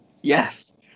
Yes